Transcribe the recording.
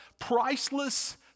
priceless